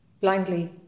blindly